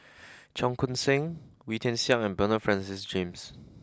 Cheong Koon Seng Wee Tian Siak and Bernard Francis James